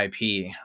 IP